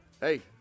Hey